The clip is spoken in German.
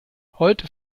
heute